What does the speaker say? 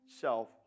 self